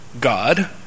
God